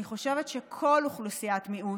אני חושבת שכל אוכלוסיית מיעוט,